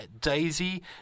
Daisy